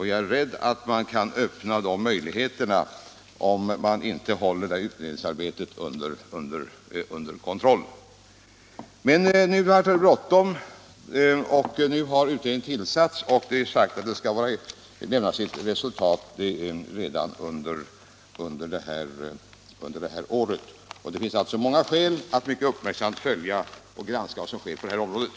Jag är rädd att man kan öppna de möjligheterna om man inte håller utredningsarbetet under kontroll. Men nu vart det bråttom, utredningen har tillsatts, och det har sagts att den skall lämna sitt resultat redan under det här året. Det finns alltså många skäl att mycket uppmärksamt följa vad som sker på området.